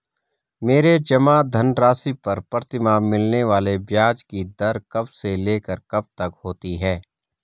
मेरे जमा धन राशि पर प्रतिमाह मिलने वाले ब्याज की दर कब से लेकर कब तक होती है?